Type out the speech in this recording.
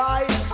Right